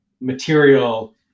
material